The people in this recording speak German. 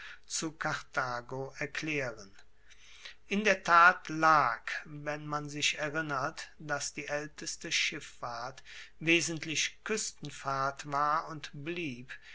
zu karthago erklaeren in der tat lag wenn man sich erinnert dass die aelteste schiffahrt wesentlich kuestenfahrt war und blieb